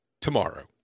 tomorrow